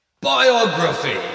Biography